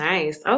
Nice